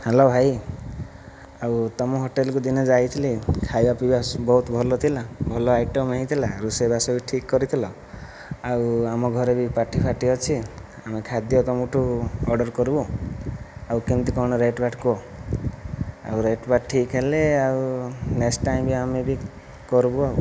hello ଭାଇ ଆଉ ତୁମ ହୋଟେଲକୁ ଦିନେ ଯାଇଥିଲି ଖାଇବା ପିଇବା ବହୁତ ଭଲ ଥିଲା ଭଲ ଆଇଟମ୍ ହୋଇଥିଲା ରୋଷେଇବାସ ବି ଠିକ୍ କରିଥିଲ ଆଉ ଆମ ଘରେ ବି ପାର୍ଟି ଫାର୍ଟି ଅଛି ଆମେ ଖାଦ୍ୟ ତମଠୁ ଅର୍ଡ଼ର କରିବୁ ଆଉ କେମିତି କ'ଣ ରେଟ୍ ବେଟ୍ କୁହ ଆଉ ରେଟ୍ ବାଟ୍ ଠିକ୍ ହେଲେ ଆଉ ନେକ୍ଷ୍ଟ ଟାଇମ୍ ବି ଆମେ ବି କରିବୁ ଆଉ